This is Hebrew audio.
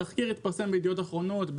התחקיר התפרסם בידיעות אחרונות,